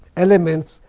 elements,